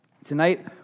Tonight